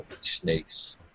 Snakes